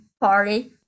party